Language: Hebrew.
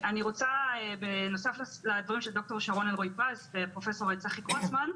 בנוסף לדברים של ד"ר אלרעי-פרייס ופרופ' צחי גרוסמן,